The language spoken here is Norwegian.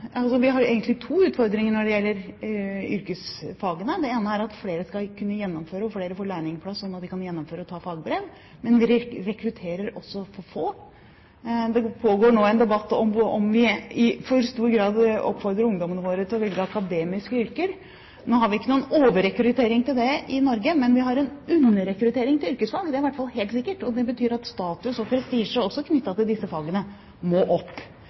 flere skal kunne få lærlingplass slik at de kan gjennomføre utdanningen og ta fagbrev, men vi rekrutterer også for få. Det pågår nå en debatt om vi i for stor grad oppfordrer ungdommene våre til å velge akademiske yrker. Nå har vi ikke noen overrekruttering til det i Norge, men vi har en underrekruttering til yrkesfag, det er i hvert fall helt sikkert. Det betyr at status og prestisje også knyttet til disse fagene, må opp.